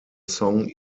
song